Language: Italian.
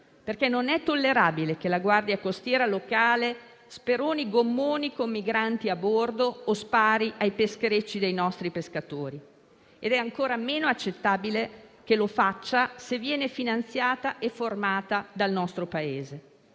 perché non è tollerabile che la guardia costiera locale speroni gommoni con migranti a bordo o spari ai pescherecci dei nostri pescatori ed è ancora meno accettabile che lo faccia se viene finanziata e formata dal nostro Paese.